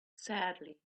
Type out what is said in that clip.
sadly